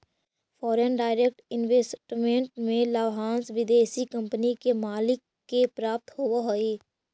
foreign direct investment में लाभांश विदेशी कंपनी के मालिक के प्राप्त होवऽ हई